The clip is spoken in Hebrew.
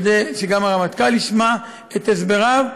כדי שגם הרמטכ"ל ישמע את הסבריו.